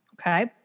Okay